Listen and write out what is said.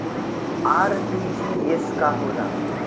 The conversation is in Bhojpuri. आर.टी.जी.एस का होला?